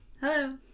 Hello